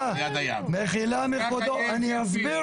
מחילה מכבודו, אני אסביר